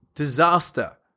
disaster